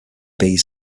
bees